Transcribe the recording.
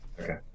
okay